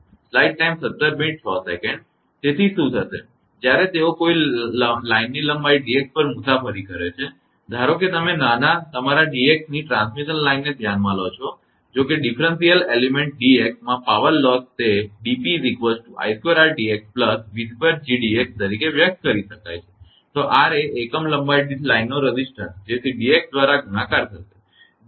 તેથી શું થશે કે જ્યારે તેઓ કોઈ લાઇનની લંબાઈ dx પર મુસાફરી કરે છે ધારો કે તમે નાના તમારા dx ની ટ્રાન્સમિશન લાઇનને ધ્યાનમાં લો છો જો કે ડીફર્ન્શીયલ એલીમેન્ટ dx માં પાવર લોસ તે 𝑑𝑝 𝑖2𝑅𝑑𝑥 𝑣2𝐺𝑑𝑥 તરીકે વ્યક્ત કરી શકાય છે તો R એ એકમ લંબાઈ દીઠ લાઇનનો રેઝિસ્ટંસ જેથી dx દ્વારા ગુણાકાર થશે